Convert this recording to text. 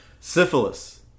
Syphilis